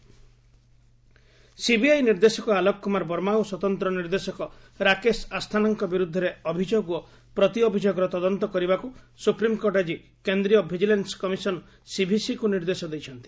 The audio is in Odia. ଏସ୍ସି ସିବିଆଇ ସିବିଆଇ ନିର୍ଦ୍ଦେଶକ ଆଲୋକ କୁମାର ବର୍ମା ଓ ସ୍ୱତନ୍ତ୍ର ନିର୍ଦ୍ଦେଶକ ରାକେଶ ଆସ୍ଥାନାଙ୍କ ବିରୁଦ୍ଧରେ ଅଭିଯୋଗ ଓ ପ୍ରତି ଅଭିଯୋଗର ତଦନ୍ତ କରିବାକୁ ସୁପ୍ରିମ୍କୋର୍ଟ ଆଜି କେନ୍ଦ୍ରୀୟ ଭିଜିଲାନ୍ସ କମିଶନ ସିଭିସିକୁ ନିର୍ଦ୍ଦେଶ ଦେଇଛନ୍ତି